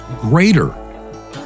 greater